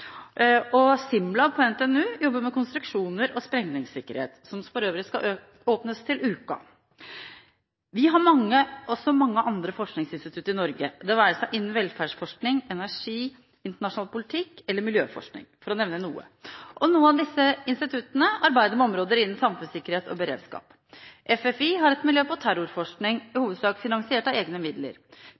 og SIMLab på NTNU jobber med konstruksjonsteknikk og sprengningssikkerhet, noe som for øvrig skal åpnes til uka. Vi har også mange andre forskningsinstitutter i Norge, det være seg innen velferdsforskning, energi, internasjonal politikk eller miljøforskning, for å nevne noe. Noen av disse instituttene arbeider med områder innen samfunnssikkerhet og beredskap. FFI har et miljø på terrorforskning – i hovedsak finansiert av egne midler.